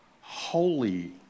holy